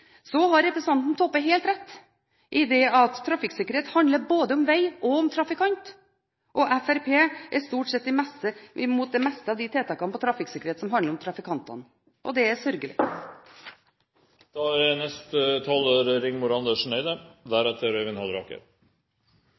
Så har representanten Toppe helt rett i det at trafikksikkerhet handler både om vei og om trafikant. Fremskrittspartiet er stort sett imot det meste av de tiltakene på trafikksikkerhet som handler om trafikantene, og det er sørgelig.